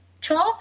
trolls